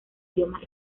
idiomas